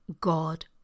god